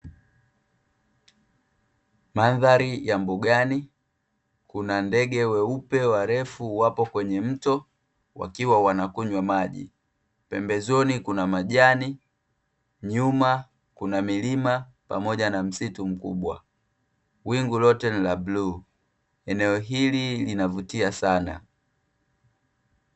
Madhari ya mbugani; kuna ndege weupe warefu wapo kwenye mto, wakiwa wanakunywa maji. Pembezoni kuna majani, nyuma kuna milima na msitu mkubwa. Wingu lote ni la bluu. Eneo hili linavutia Sana.